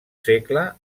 segle